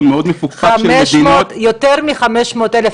מאוד מפוקפק של מדינות --- יותר מ-500,000,